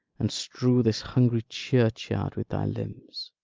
and strew this hungry churchyard with thy limbs